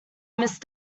missed